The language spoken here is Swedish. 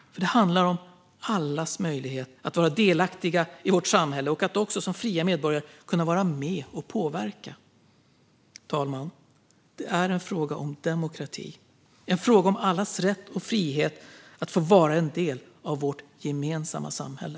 Det handlar om allas möjlighet att vara delaktiga i vårt samhälle, att också som fria medborgare kunna vara med och påverka. Fru talman! Det är en fråga om demokrati och en fråga om allas rätt och frihet att få vara en del av vårt samhälle.